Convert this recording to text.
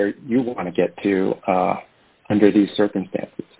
where you want to get to under these circumstances